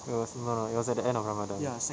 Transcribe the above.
it was no no it was at the end of ramadhan